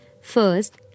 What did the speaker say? First